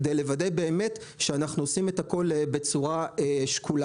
כדי לוודא באמת שאנחנו עושים את הכול בצורה שקולה.